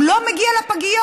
הוא לא מגיע לפגיות.